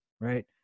right